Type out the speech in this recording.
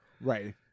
Right